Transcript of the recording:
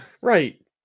Right